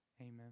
Amen